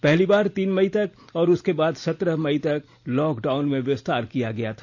पहली बार तीन मई तक और उसके बाद सत्रह मई तक लॉकडाउन में विस्तार किया गया था